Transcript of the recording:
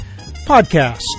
podcast